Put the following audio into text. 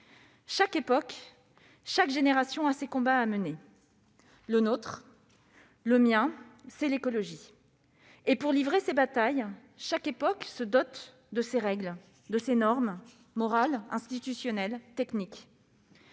biens communs. Chaque génération a ses combats à mener. Le nôtre, le mien, c'est l'écologie. Et, pour livrer ses batailles, chaque époque se dote de ses règles, de ses normes morales, institutionnelles, techniques.